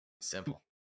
Simple